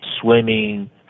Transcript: swimming